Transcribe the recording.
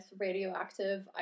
radioactive